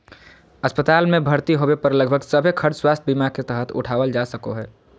अस्पताल मे भर्ती होबे पर लगभग सभे खर्च स्वास्थ्य बीमा के तहत उठावल जा सको हय